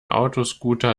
autoscooter